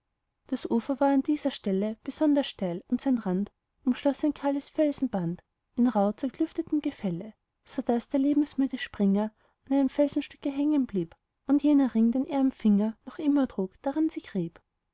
das ufer war an dieser stelle besonders steil und seinen rand umschloß ein kahles felsenband in rauh zerklüftetem gefalle sodaß der lebensmüde springer an einem felsstück hängen blieb und jener ring den er am finger noch immer trug daran sich rieb